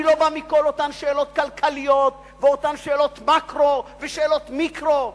אני לא בא מכל אותן שאלות כלכליות ואותן שאלות מקרו ושאלות מיקרו.